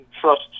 trust